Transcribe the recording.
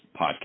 Podcast